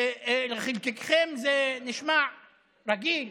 לחלקכם, זה נשמע רגיל,